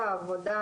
האלה.